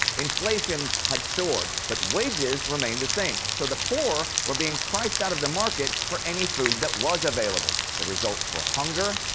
inflation had soared, but wages remained the same, so the poor were being priced out of the market for any food that was available. the results were hunger,